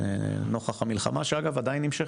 נוכח המלחמה, שאגב, עדיין נמשכת.